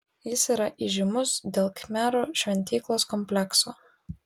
jis yra įžymus dėl khmerų šventyklos komplekso